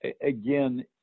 again